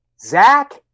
Zach